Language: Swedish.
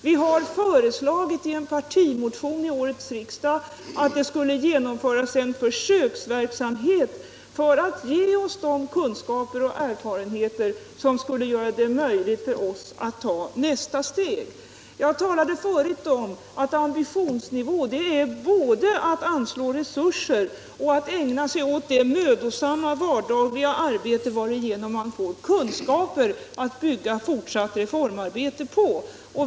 Vi har föreslagit i en partimotion till årets riksdag att det skulle genomföras en försöksverksamhet för att ge kunskaper och erfarenheter som skulle göra det möjligt för OSS att ta nästa steg. Jag talade förut om att ambitionsnivå det är både att anslå resurser och att ägna sig åt det mödosamma vardagsarbete varigenom man får kunskaper att bygga fortsatt reformarbete på.